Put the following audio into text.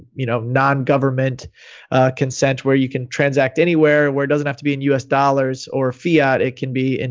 you know, not government consent where you can transact anywhere where it doesn't have to be in u s. dollars or fiat. it can be, and